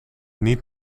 niet